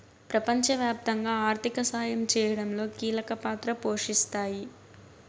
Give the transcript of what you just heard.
ప్రపంచవ్యాప్తంగా ఆర్థిక సాయం చేయడంలో కీలక పాత్ర పోషిస్తాయి